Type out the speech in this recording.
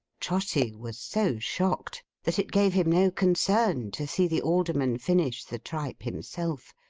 trotty was so shocked, that it gave him no concern to see the alderman finish the tripe himself.